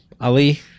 Ali